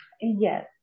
Yes